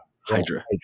Hydra